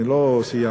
אני לא סיימתי.